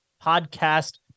podcast